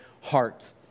heart